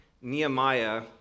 Nehemiah